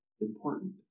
important